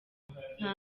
nta